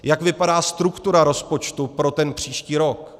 Jak vypadá struktura rozpočtu pro příští rok?